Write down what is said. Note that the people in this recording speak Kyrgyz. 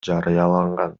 жарыяланган